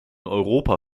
europa